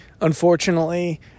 unfortunately